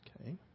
okay